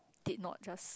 did not just